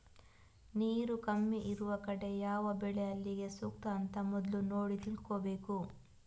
ನೀರು ಕಮ್ಮಿ ಇರುವ ಕಡೆ ಯಾವ ಬೆಳೆ ಅಲ್ಲಿಗೆ ಸೂಕ್ತ ಅಂತ ಮೊದ್ಲು ನೋಡಿ ತಿಳ್ಕೋಬೇಕು